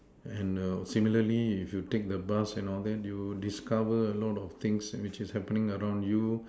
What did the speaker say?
hello similarly if you take the bus and all that you discover a lot of things which is happening around you